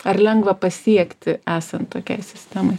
ar lengva pasiekti esant tokiai sistemai